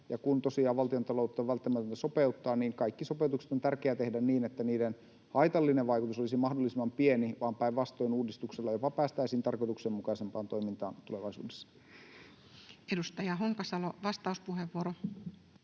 valtiontaloutta on välttämätöntä sopeuttaa, niin kaikki sopeutukset on tärkeää tehdä niin, että niiden haitallinen vaikutus olisi mahdollisimman pieni ja että päinvastoin uudistuksella jopa päästäisiin tarkoituksenmukaisempaan toimintaan tulevaisuudessa. [Speech 68] Speaker: